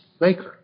maker